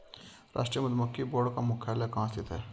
राष्ट्रीय मधुमक्खी बोर्ड का मुख्यालय कहाँ स्थित है?